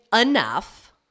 enough